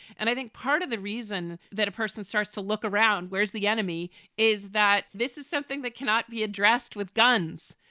and i think part of the reason that a person starts to look around where's the enemy is that this is something that cannot be addressed with guns.